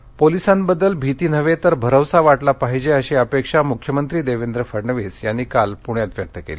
मख्यमंत्री पोलिसांबदल भीती नाही तर भरवसा वाटला पाहिजे अशी अपेक्षा मुख्यमंत्री देवेंद्र फडणवीस यांनी काल पुण्यात व्यक्त केली